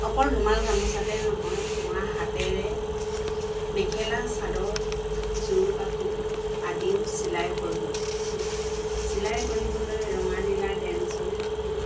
অকল ৰুমাল গামোচাতে নহয় মই হাতেৰে মেখেলা চাদৰ যোৰ কাপোৰ আদিও চিলাই কৰোঁ চিলাই কৰিবলৈ ৰঙা নীলা ডেন্সি